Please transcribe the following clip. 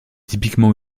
typiquement